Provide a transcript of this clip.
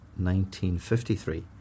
1953